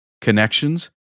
connections